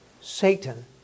Satan